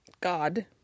God